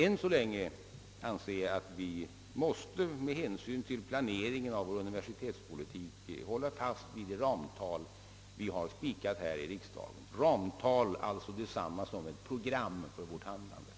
Än så länge anser jag emellertid att vi med hänsyn till planeringen av vår universitetspolitik måste hålla fast vid de ramtal som har spikats här i riksdagen. Med ramtal skall då förstås ett program för vårt handlande.